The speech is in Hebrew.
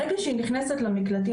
ברגע שהיא נכנסת למקלטים,